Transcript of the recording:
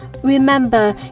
Remember